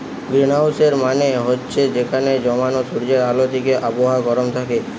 গ্রীনহাউসের মানে হচ্ছে যেখানে জমানা সূর্যের আলো থিকে আবহাওয়া গরম থাকে